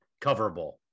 coverable